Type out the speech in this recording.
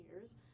years